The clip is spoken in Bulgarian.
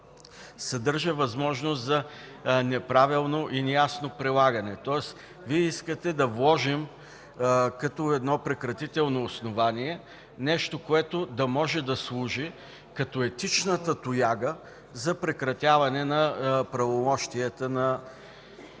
съдържа възможност за неправилно и неясно прилагане. Тоест Вие искате да вложим като прекратително основание нещо, което да може да служи като етична тояга за прекратяване правомощията на